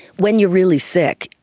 when you're really sick,